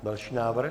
Další návrh.